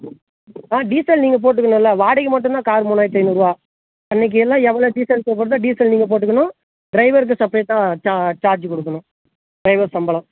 ஆ diesel நீங்கள் போட்டுக்கணும்ல வாடகை மட்டும் தான் கார் மூணாயிரத்து ஐநூறுரூவா அன்னக்கு எல்லாம் எவ்வளோ டீசல் வருதோ டீசல் நீங்கள் போட்டுக்கணும் டிரைவருக்கு செப்பரேட்டாக சார்ஜ் கொடுக்கணும் டிரைவர் சம்பளம்